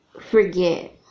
forget